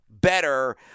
better